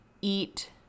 eat